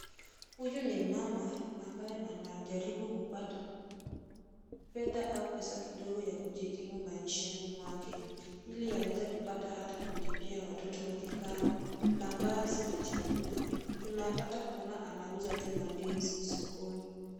Huyu ni mama ambaye anajaribu kupata fedha au pesa kidogo ya kujikimu maishani mwake, ili aweze kupata hata kulipia watoto wake karo, mavazi na chakula. Tunapata kuona anauza tu mandizi sokoni.